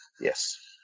Yes